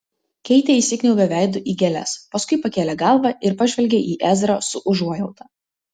keitė įsikniaubė veidu į gėles paskui pakėlė galvą ir pažvelgė į ezrą su užuojauta